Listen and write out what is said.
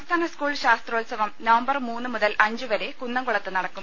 സംസ്ഥാന സ്കൂൾ ശാസ്ത്രോത്സവം നവംബർ മൂന്ന് മുതൽ അഞ്ച് വരെ കുന്നംകുളത്ത് നടക്കും